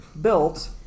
built